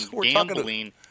gambling